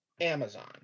Amazon